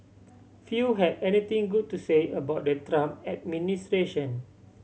few had anything good to say about the Trump administration